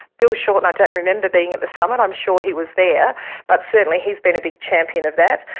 bill shorten i don't remember being at the summit i'm sure he was there but certainly he's been a big champion of that.